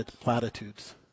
platitudes